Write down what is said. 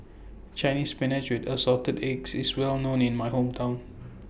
Chinese Spinach with Assorted Eggs IS Well known in My Hometown